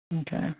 Okay